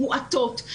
מועטות.